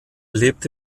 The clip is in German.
lebt